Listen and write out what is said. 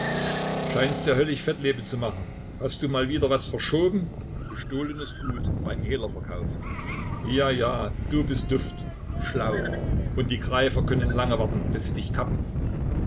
scheinst ja höllisch fettlebe zu machen hast du wieder mal was verschoben gestohlenes gut beim hehler verkauft ja ja du bist duft schlau und die greifer können lange warten bis sie dich kappen